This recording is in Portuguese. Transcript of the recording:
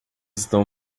estão